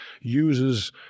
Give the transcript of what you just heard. uses